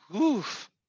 oof